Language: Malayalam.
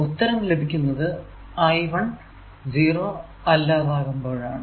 ഉത്തരം ലഭിക്കുന്നത് ഈ I1 0 അല്ലാതാകുമ്പോളാണ്